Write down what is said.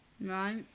Right